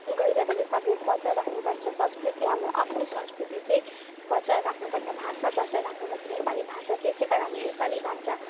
गइरहेको छ हामीले बचाएर राख्नु पर्छ संस्कृति हाम्रो आफ्नै संस्कृति चाहिँ बचाएर राख्नु पर्छ भाषा बचाएर राख्नु पर्छ नेपाली भाषा त्यसैकारण हाम्रो नेपाली भाषा